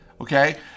Okay